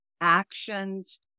actions